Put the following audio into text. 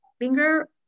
finger